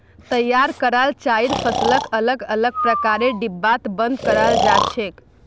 तैयार कराल चाइर फसलक अलग अलग प्रकारेर डिब्बात बंद कराल जा छेक